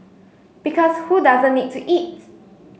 because who doesn't need to eat